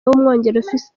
w’umwongereza